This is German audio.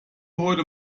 heute